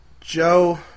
Joe